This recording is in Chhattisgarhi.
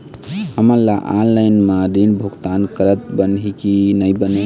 हमन ला ऑनलाइन म ऋण भुगतान करत बनही की नई बने?